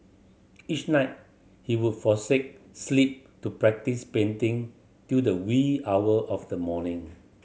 each night he would forsake sleep to practise painting till the wee hour of the morning